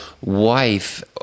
wife